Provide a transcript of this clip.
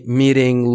meeting